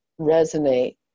resonate